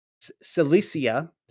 Cilicia